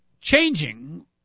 changing